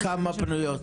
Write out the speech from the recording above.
כמה פנויות?